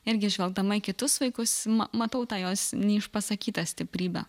irgi žvelgdama į kitus vaikus matau tą jos neišpasakytą stiprybę